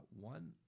one